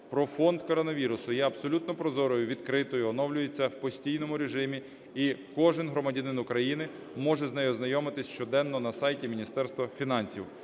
про фонд коронавірусу є абсолютно прозорою і відкритою, оновлюється в постійному режимі, і кожен громадянин України може з нею ознайомитись щоденно на сайті Міністерства фінансів,